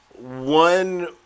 One